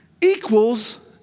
equals